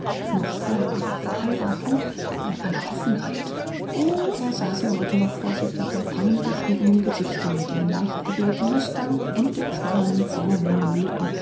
noch vor ihrer verheiratung in aller offenheit oh er sah sie heute noch vor sich mit dem feingeschnittenen gesichte mit den leichtgeblähten nüstern und den schmalen vornehmen lippen